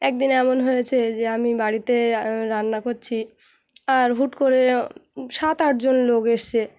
একদিন এমন হয়েছে যে আমি বাড়িতে রান্না করছি আর হুট করে সাত আট জন লোক এসেছে